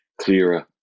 clearer